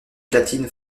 platine